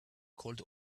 called